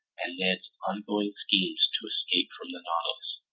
and ned's ongoing schemes to escape from the nautilus.